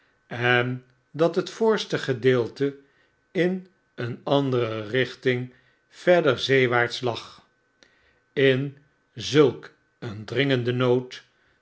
en dat bet voorste gedeelte in een andere richting verder zeewaarts lag in zulk een dringenden nood